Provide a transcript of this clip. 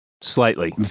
Slightly